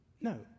No